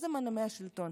איזה מנעמי שלטון?